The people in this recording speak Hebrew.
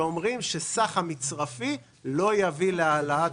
שאומרים שסך המצרפי לא יביא להעלאת